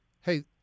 Hey